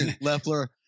Leffler